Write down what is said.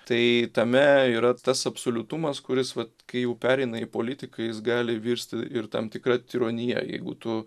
tai tame yra tas absoliutumas kuris vat kai jau pereina į politiką jis gali virsti ir tam tikra tironija jeigu tu